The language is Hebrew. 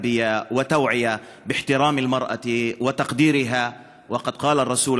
לחינוך ולהגברת המודעות לכך שיש להתייחס לאישה בכבוד הראוי לה.